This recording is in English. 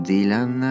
Dylan